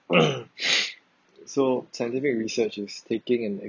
a so scientific research as taking and